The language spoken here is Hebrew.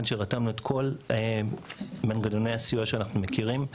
אנחנו רתמנו את כל מנגנוני הסיוע שאנחנו מכירים.